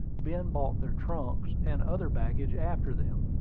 ben brought their trunks and other baggage after them,